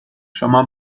شما